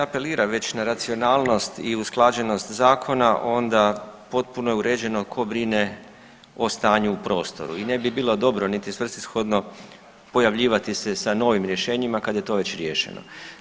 Pa kada se apelira već na racionalnost i usklađenost zakona onda potpuno je uređeno tko brine o stanju u prostoru i ne bi bilo dobro niti svrsishodno pojavljivati se sa novim rješenjima kada je to već riješeno.